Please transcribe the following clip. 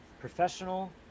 professional